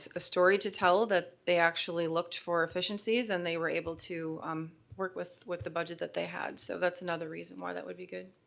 ah a story to tell that they actually looked for efficiencies and that they were able to um work with with the budget that they had, so that's another reason why that would be good.